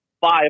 five